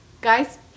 guys